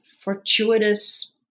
Fortuitous